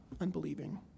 unbelieving